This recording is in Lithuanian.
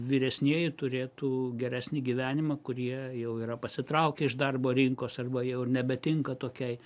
vyresnieji turėtų geresnį gyvenimą kurie jau yra pasitraukę iš darbo rinkos arba jau nebetinka tokiai